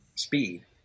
speed